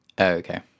Okay